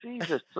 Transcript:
Jesus